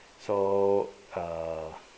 so err